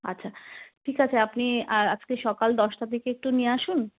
আচ্ছা ঠিক আছে আপনি আজকে সকাল দশটার দিকে একটু নিয়ে আসুন